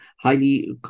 highly